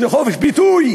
זה חופש ביטוי.